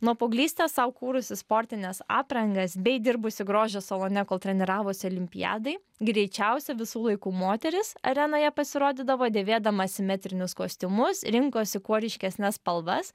nuo paauglystės sau kūrusi sportines aprangas bei dirbusi grožio salone kol treniravosi olimpiadai greičiausia visų laikų moteris arenoje pasirodydavo dėvėdama simetrinius kostiumus rinkosi kuo ryškesnes spalvas